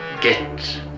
get